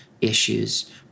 issues